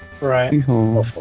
Right